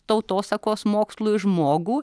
tautosakos mokslui žmogų